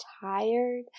tired